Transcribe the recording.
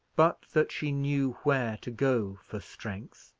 but that she knew where to go for strength,